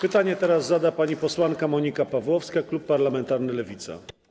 Pytanie zada pani posłanka Monika Pawłowska, Klub Parlamentarny Lewica.